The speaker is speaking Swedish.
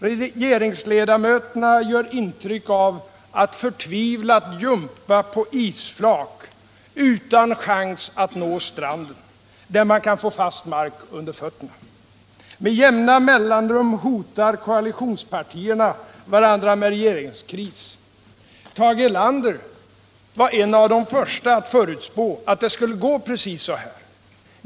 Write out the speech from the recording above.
Regeringsledamöterna gör intryck av att förtvivlat jumpa på isflak utan chans att nå stranden, där man kan få fast mark under fötterna. Med jämna mellanrum hotar koalitionspartierna varandra med regeringskris. Tage Erlander var en av de första att förutspå att det skulle gå precis så här.